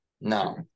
No